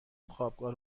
وخوابگاه